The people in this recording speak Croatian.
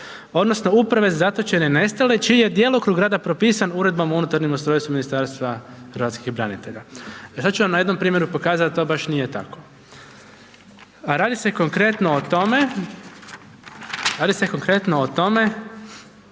odnosno Uprave za zatočene i nestale, čiji je djelokrug rada propisan Uredbama o unutarnjem ustrojstvu Ministarstva hrvatskih branitelja. Sad ću vam na jednom primjeru pokazati da to baš nije tako. Radi se konkretno o tome, raspisuju li se